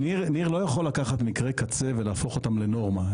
ניר לא יכול לקחת מקרה קצה ולהפוך אותם לנורמה.